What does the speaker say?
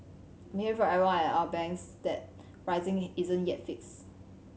I'm hear from everyone at other banks that pricing isn't yet fixed